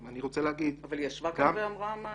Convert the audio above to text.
אני רוצה להגיד --- אבל היא ישבה פה והיא אמרה מה היה.